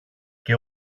και